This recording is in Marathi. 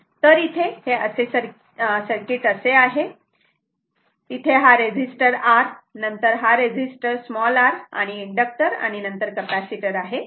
तर इथे हे सर्किट असे आहे तिथे हा रेझिस्टर R नंतर हा रेझिस्टर r आणि हा इंडक्टर आणि नंतर कपॅसिटर आहे